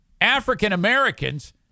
African-Americans